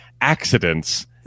accidents